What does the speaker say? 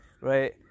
right